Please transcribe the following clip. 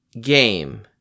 game